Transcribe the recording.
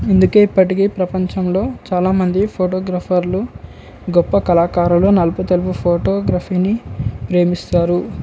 ఇందుకే ఇప్పటికీ ప్రపంచంలో చాలామంది ఫోటోగ్రఫర్లు గొప్ప కళాకారులు నలుపు తలుపు ఫోటోగ్రఫీని ప్రేమిస్తారు